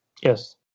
Yes